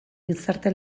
gizarte